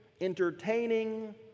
entertaining